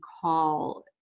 call